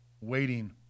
waiting